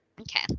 Okay